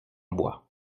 bois